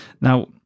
now